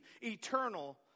eternal